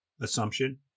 assumption